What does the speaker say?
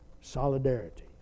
solidarity